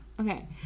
Okay